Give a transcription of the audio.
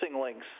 links